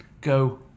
go